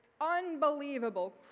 unbelievable